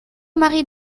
mari